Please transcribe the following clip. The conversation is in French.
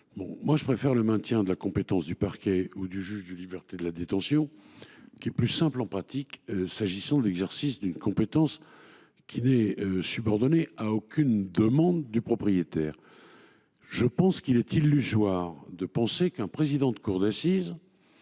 Je préfère le maintien de la compétence du Parquet ou du juge des libertés et de la détention (JLD), car elle est plus simple en pratique s’agissant de l’exercice d’une compétence qui n’est subordonnée à aucune demande du propriétaire. En effet, il est illusoire d’envisager qu’un président de cour d’assises